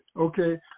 Okay